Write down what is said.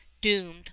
doomed